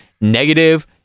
negative